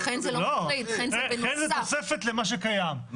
"כן" זה תוספת למה שקיים,